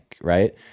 right